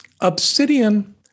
Obsidian